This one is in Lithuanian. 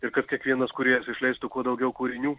ir kad kiekvienas kūrėjas išleistų kuo daugiau kūrinių